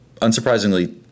unsurprisingly